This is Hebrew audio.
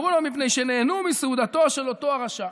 "אמרו לו: מפני שנהנו מסעודתו של אותו רשע".